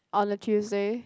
on a Tuesday